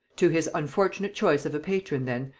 to his unfortunate choice of a patron then,